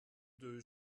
des